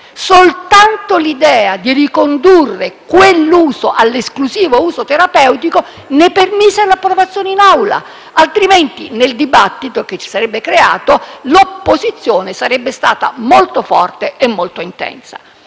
Soltanto l'idea di ricondurne l'uso all'esclusivo fine terapeutico permise l'approvazione della legge in Aula, altrimenti nel dibattito che ne sarebbe nato l'opposizione sarebbe stata molto forte e molto intensa.